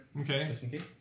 Okay